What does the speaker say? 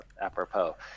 apropos